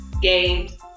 games